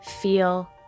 feel